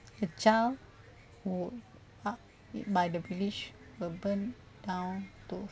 a child who are by the village were burned down to